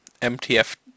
MTF